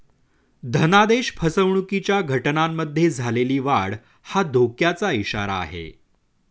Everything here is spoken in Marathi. धनादेश फसवणुकीच्या घटनांमध्ये झालेली वाढ हा धोक्याचा इशारा आहे